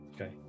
Okay